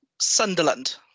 Sunderland